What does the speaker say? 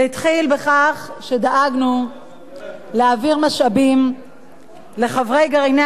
זה התחיל בכך שדאגנו להעביר משאבים לחברי גרעיני